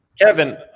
Kevin